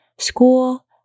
school